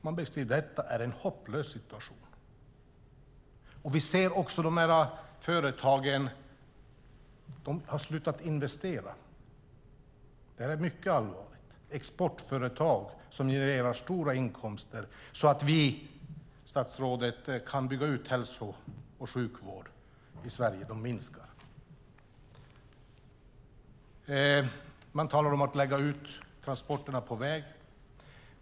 Man beskriver detta som en hopplös situation. De här företagen har slutat investera. Det är mycket allvarligt. Det är exportföretag som genererar stora inkomster så att vi kan bygga ut hälso och sjukvård i Sverige. Man talar om att lägga ut transporterna på väg.